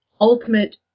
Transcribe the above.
ultimate